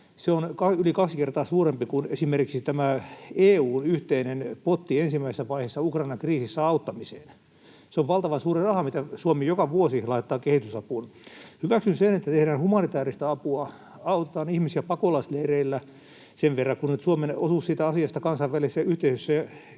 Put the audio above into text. Se on yli kaksi kertaa suurempi kuin esimerkiksi tämä EU:n yhteinen potti ensimmäisessä vaiheessa Ukrainan kriisissä auttamiseen. Se on valtavan suuri raha, mitä Suomi joka vuosi laittaa kehitysapuun. Hyväksyn sen, että tehdään humanitääristä apua, autetaan ihmisiä pakolaisleireillä, sen verran kuin nyt Suomen osuus siitä asiasta kansainvälisessä yhteisössä